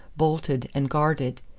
bolted and guarded,